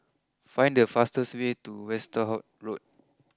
find the fastest way to Westerhout Road